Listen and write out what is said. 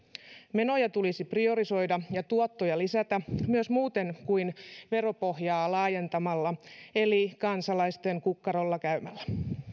menoja tulisi priorisoida ja tuottoja lisätä myös muuten kuin veropohjaa laajentamalla eli kansalaisten kukkarolla käymällä